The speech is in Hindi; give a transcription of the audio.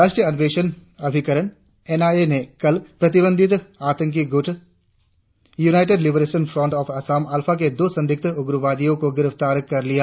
राष्ट्रीय अन्वेषण अभिकरण एनआईए ने कल प्रतिबंधित आतंकी गुट united liberation front of Assam ULFA के दो संदिग्ध उग्रवादियों को गिरफ्तार कर लिया